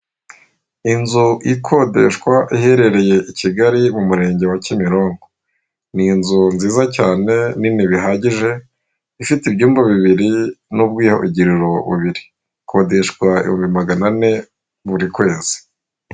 Inzu ikodeshwa iherereye i Kigali mu murenge wa Kimironko, ni inzu nziza cyane nini bihagije ifite ibyumba bibiri n'ubwiyuhagiriro bubiri, ikodeshwa ibihumbi magana ane buri kwezi.